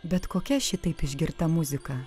bet kokia šitaip išgirta muzika